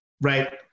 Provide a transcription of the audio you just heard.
right